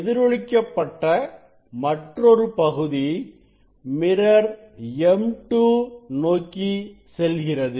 எதிரொலிக்கப்பட்ட மற்றொரு பகுதி mirror M2 நோக்கி செல்கிறது